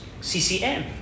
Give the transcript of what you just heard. CCM